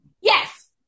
Yes